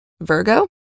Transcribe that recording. Virgo